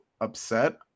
upset